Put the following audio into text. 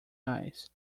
eyes